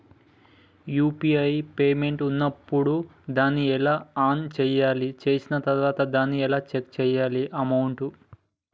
UPI payment ఉన్నప్పుడు దాన్ని ఎలా ఆన్ చేయాలి? చేసిన తర్వాత దాన్ని ఎలా చెక్ చేయాలి అమౌంట్?